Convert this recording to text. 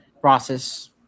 process